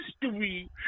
history